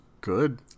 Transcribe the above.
Good